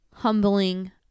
humbling